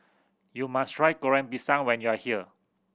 you must try Goreng Pisang when you are here